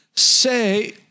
say